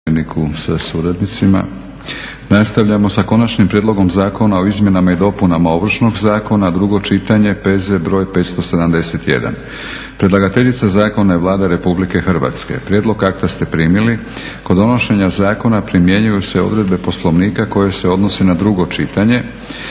**Batinić, Milorad (HNS)** Nastavljamo sa - Konačni prijedlog zakona o izmjenama i dopunama Ovršnog zakona, drugo čitanje, P.Z. br. 571 Predlagateljica zakona je Vlada Republike Hrvatske. Prijedlog akta ste primili. Kod donošenja zakona primjenjuju se odredbe Poslovnika koje se odnose na drugo čitanje.